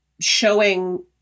showing